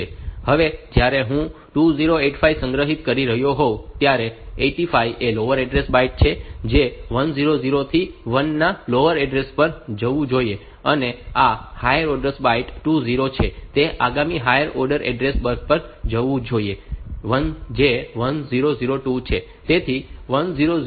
હવે જ્યારે હું આ 2085 સંગ્રહિત કરી રહ્યો હોવ ત્યારે 85 એ લોઅર ઓર્ડર બાઈટ છે જે 1000 થી 1 ના લોઅર ઓર્ડર એડ્રેસ પર જવું જોઈએ અને આ હાયર ઓર્ડર બાઈટ 20 છે તે આગામી હાયર ઓર્ડર એડ્રેસ પર જવું જોઈએ જે 1002 છે